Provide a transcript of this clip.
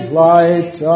light